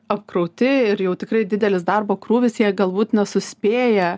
apkrauti ir jau tikrai didelis darbo krūvis jie galbūt nesuspėja